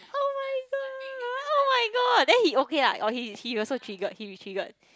oh-my-god oh-my-god then he okay ah or he he also trigger he's trigger